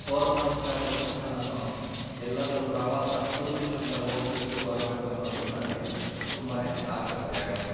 four ಮಂಥ್ಸ್ಗಾದ್ರೂ ಸಹ ನಾನು ಎಲ್ಲಾದ್ರೂ ಪ್ರವಾಸ ಟೂರಿಸ್ ಅಂತ ಹೋಗಬೇಕು ಬರಬೇಕು ಅನ್ನೋದು ನನಗೆ ತುಂಬಾ ಆಸಕ್ತಿ ಆಗತ್ತೆ